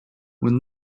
when